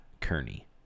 Kearney